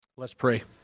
let's pray